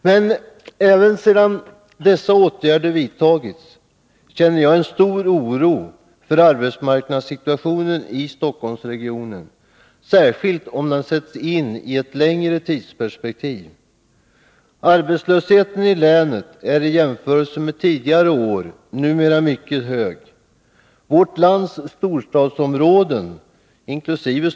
Men även sedan dessa åtgärder vidtagits känner jag en stor oro för Om arbetsmark arbetsmarknadssituationen i Stockholmsregionen, särskilt om den sätts ini nadssituationen ett längre tidsperspektiv. Arbetslösheten i länet är i jämförelse med ;j Stockholmssituationen tidigare i år numera mycket hög. Vårt lands storstadsområden, regionen inkl.